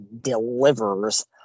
delivers